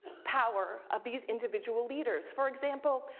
power of these individual leaders. for example,